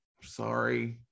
sorry